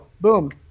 boom